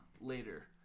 later